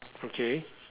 okay